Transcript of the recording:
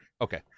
Okay